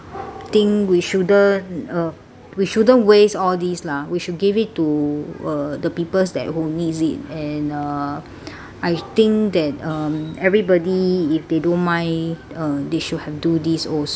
think we shouldn't uh we shouldn't waste all these lah we should give it to the peoples that who needs it and uh I think that um everybody if they don't mind they should have do this also